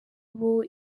ubu